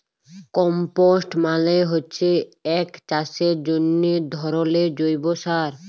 compost মালে হচ্যে এক চাষের জন্হে ধরলের জৈব সার